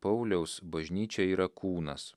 pauliaus bažnyčia yra kūnas